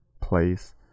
place